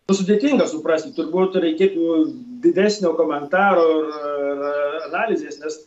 sudėtinga suprasti turbūt reikėtų didesnio komentaro ir ir analizės nes